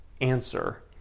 answer